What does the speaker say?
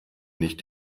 nicht